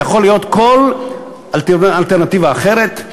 זה יכול להיות כל אלטרנטיבה אחרת.